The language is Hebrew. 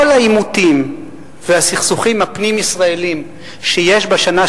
כל העימותים והסכסוכים הפנים-ישראליים שיש בשנה,